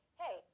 hey